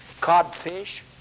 codfish